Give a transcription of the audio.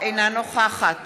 אינה נוכחת